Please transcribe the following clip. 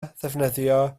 ddefnyddio